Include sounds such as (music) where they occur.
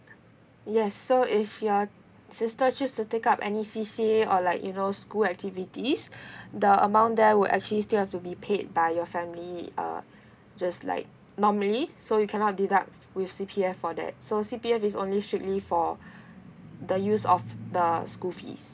yes so if your sister choose to take up any C_C_A or like you know school activities (breath) the amount there will actually still have to be paid by your family uh just like normally so you cannot deduct with C_P_F for that so C_P_F is only strictly for the use of the school fees